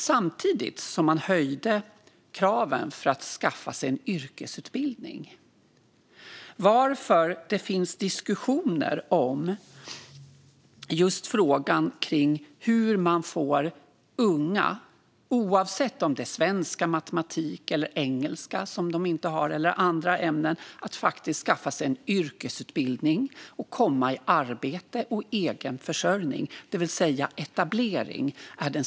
Samtidigt höjdes kraven för att skaffa sig en yrkesutbildning, varför det finns diskussioner om hur man får unga - oavsett om det är svenska, matematik, engelska eller andra ämnen som de inte har godkänt i - att skaffa sig en yrkesutbildning och komma i arbete och egen försörjning. Etablering är alltså den stora frågan.